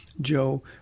Joe